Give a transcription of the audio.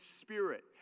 spirit